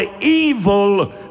evil